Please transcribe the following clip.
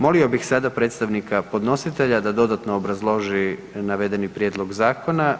Molio bih sada predstavnika podnositelja da dodano obrazloži navedeni prijedlog zakona.